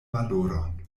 valoron